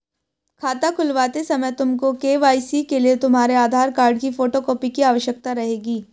खाता खुलवाते समय तुमको के.वाई.सी के लिए तुम्हारे आधार कार्ड की फोटो कॉपी की आवश्यकता रहेगी